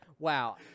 Wow